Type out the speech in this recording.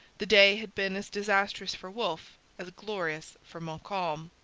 the day had been as disastrous for wolfe as glorious for montcalm.